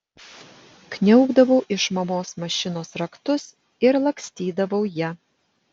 kniaukdavau iš mamos mašinos raktus ir lakstydavau ja